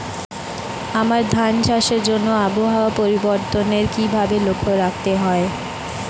আমন ধান চাষের জন্য আবহাওয়া পরিবর্তনের কিভাবে লক্ষ্য রাখতে হয়?